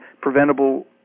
preventable